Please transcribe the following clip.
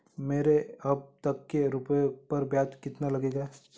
मेरे अब तक के रुपयों पर ब्याज कितना लगा है?